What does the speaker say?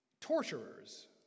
Torturers